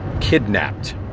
kidnapped